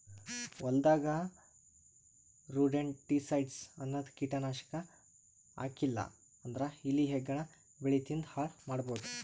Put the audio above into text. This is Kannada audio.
ಹೊಲದಾಗ್ ರೊಡೆಂಟಿಸೈಡ್ಸ್ ಅನ್ನದ್ ಕೀಟನಾಶಕ್ ಹಾಕ್ಲಿಲ್ಲಾ ಅಂದ್ರ ಇಲಿ ಹೆಗ್ಗಣ ಬೆಳಿ ತಿಂದ್ ಹಾಳ್ ಮಾಡಬಹುದ್